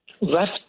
left